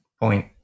point